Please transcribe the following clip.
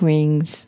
Ring's